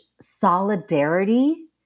solidarity